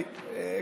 אמן.